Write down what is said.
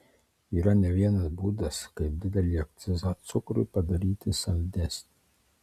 yra ne vienas būdas kaip didelį akcizą cukrui padaryti saldesnį